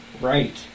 Right